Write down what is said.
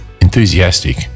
enthusiastic